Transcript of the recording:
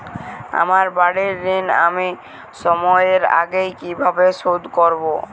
আমার বাড়ীর ঋণ আমি সময়ের আগেই কিভাবে শোধ করবো?